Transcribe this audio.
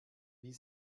wie